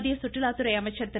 மத்திய சுற்றுலாத்துறை அமைச்சர் திரு